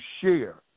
share